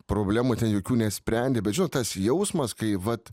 problemų ten jokių nesprendė bet žinot tas jausmas kai vat